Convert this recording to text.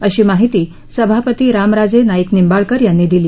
अशी माहिती सभापती रामराजे नाईक निंबाळकर यांनी दिली